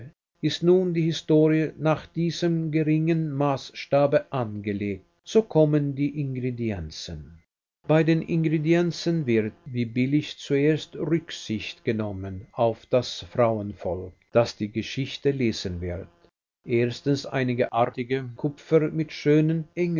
ist nun die historie nach diesem geringen maßstabe angelegt so kommen die ingredienzien bei den ingredienzien wird wie billig zuerst rücksicht genommen auf das frauenvolk das die geschichte lesen wird erstens einige artige kupfer mit schönen